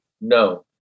No